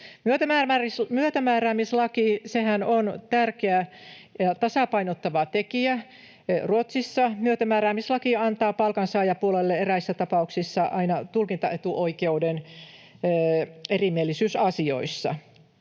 Myötämääräämislakihan on tärkeä ja tasapainottava tekijä Ruotsissa. Myötämääräämislaki antaa palkansaajapuolelle eräissä tapauksissa aina tulkintaetuoikeuden erimielisyysasioissa.